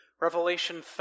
Revelation